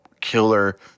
killer